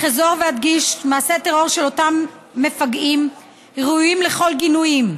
אחזור ואדגיש: מעשי הטרור של אותם מפגעים ראויים לכל גינוי.